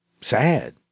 sad